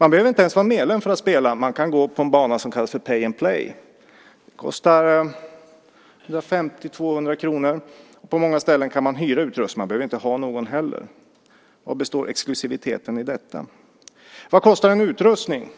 Man behöver inte ens vara medlem för att spela. Man kan gå på en bana som kallas pay and play , och det kostar 150-200 kr. På många ställen kan man hyra utrustning. Man behöver inte ha någon heller. Vari består exklusiviteten i detta? Vad kostar en utrustning?